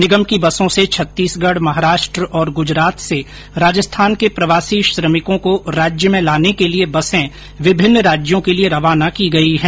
निगम की बसों से छत्तीसगढ़ महाराष्ट्र और गुजरात से राजस्थान के प्रवासी श्रमिकों को राजस्थान लाने के लिए बसे विभिन्न राज्यों के लिए रवाना की गईं हैं